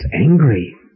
angry